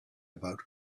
about